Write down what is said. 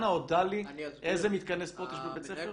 אנא הודע לי איזה מתקני ספורט יש בבית ספר?